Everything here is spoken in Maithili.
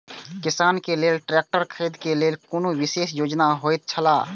किसान के लेल ट्रैक्टर खरीदे के लेल कुनु विशेष योजना होयत छला?